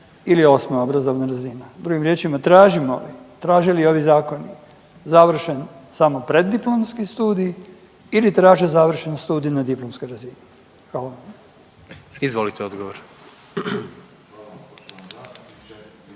ili osma obrazovna razina? Drugim riječima traže li ovi zakoni završen samo preddiplomski studij ili traže završen studij na diplomskoj razini? Hvala. **Jandroković, Gordan